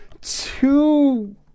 two